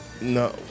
No